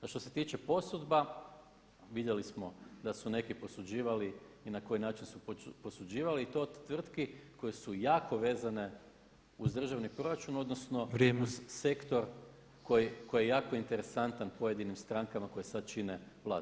A što se tiče posudba vidjeli smo da su neki posuđivali i na koji način su posuđivali to od tvrtki koje su jako vezane uz državni proračun, odnosno [[Upadica predsjednik: Vrijeme.]] uz sektor koji je jako interesantan pojedinim strankama koje sad čine vlast.